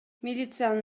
милициянын